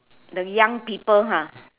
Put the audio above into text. the young people !huh!